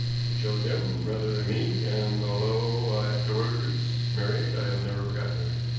she chose him rather than me, and, although i afterwards married, i have never forgotten her.